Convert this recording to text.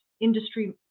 industry